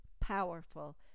powerful